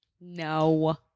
No